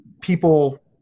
people